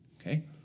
okay